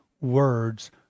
words